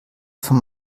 vom